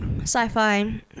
sci-fi